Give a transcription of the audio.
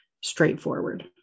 straightforward